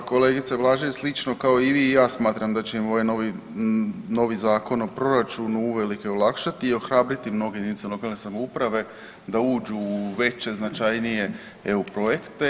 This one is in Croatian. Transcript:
Pa kolegice Blažević, slično kao i vi i ja smatram da će im ovaj novi Zakon o proračunu uvelike olakšati i ohrabriti mnoge jedinice lokalne samouprave da uđu u veće, značajnije EU projekte.